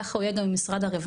ככה הוא יהיה גם עם משרד הרווחה.